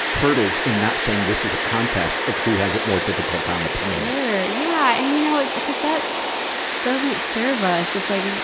hurdles and not saying this is a contest of who has it more difficult on the planet. sure. yeah. and you know, cuz that doesn't serve us. it's like,